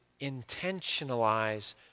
intentionalize